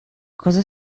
cosa